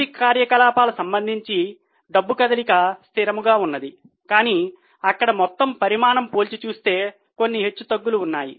ఆర్థిక కార్యకలాపం సంబంధించి డబ్బు కదలిక స్థిరంగా ఉన్నది కానీ అక్కడ మొత్తము పరిమాణము పోల్చి చూస్తే కొన్ని హెచ్చుతగ్గులు ఉన్నాయి